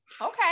Okay